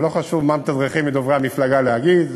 ולא חשוב מה מתדרכים את דוברי המפלגה להגיד,